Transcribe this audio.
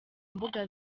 mbuga